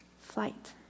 flight